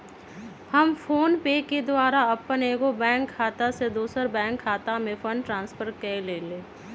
हम फोनपे के द्वारा अप्पन एगो बैंक खता से दोसर बैंक खता में फंड ट्रांसफर क लेइले